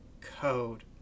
code